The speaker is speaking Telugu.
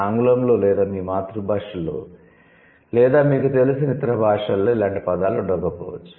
ఆంగ్లంలో లేదా మీ మాతృ భాషలో లేదా మీకు తెలిసిన ఇతర భాషలలో ఇలాంటి పదాలు ఉండకపోవచ్చు